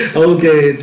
okay,